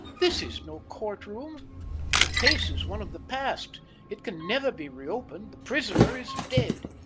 this is no court-room the case is one of the past it can never be reopened the prisoner is dead.